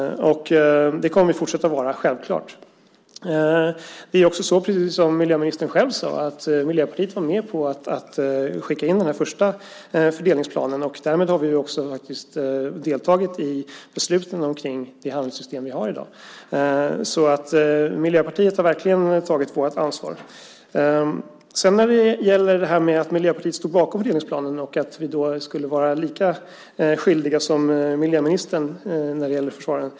Det kommer vi självfallet också att fortsätta vara. Precis som miljöministern själv sade var Miljöpartiet med på att skicka in den första fördelningsplanen. Därmed har vi också deltagit i besluten om det handelssystem som vi har i dag, så Miljöpartiet har verkligen tagit sitt ansvar. Det är också svårt att acceptera det som miljöministern säger om att Miljöpartiet stod bakom fördelningsplanen och att vi skulle vara lika skyldiga som miljöministern.